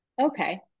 Okay